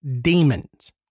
demons